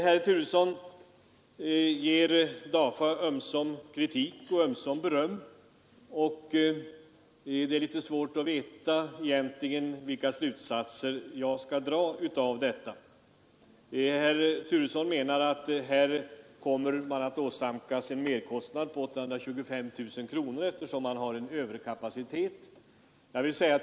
Herr Turesson ger DAFA ömsom kritik och ömsom beröm, och det är litet svårt att veta egentligen vilken slutsats man skall dra av detta. Herr Turesson menar att här kommer en merkostnad på 825 000 kronor att uppstå eftersom man har en överkapacitet.